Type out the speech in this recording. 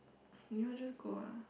you all just go lah